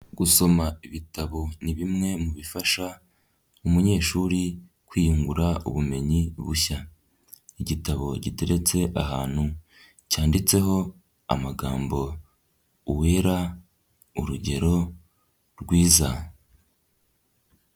Gusoma ibitabo ni bimwe mu bifasha umunyeshuri kwiyungura ubumenyi bushya, igitabo giteretse ahantu cyanditseho amagambo Uwera urugero rwiza.